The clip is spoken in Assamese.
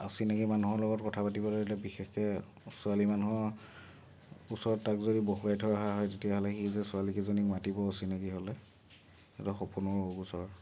অচিনাকী মানুহৰ লগত কথা পাতিবলৈ বিশেষকৈ ছোৱালী মানুহৰ ওচৰত তাক যদি বহোৱাই থোৱা হয় তেতিয়াহ'লে সি যে ছোৱালীকেইজনীক মাতিব অচিনাকী হ'লে সেইটো সপোনৰো অগোচৰ